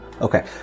Okay